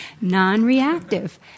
Non-reactive